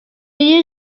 you